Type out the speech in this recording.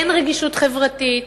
אין רגישות חברתית,